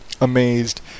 amazed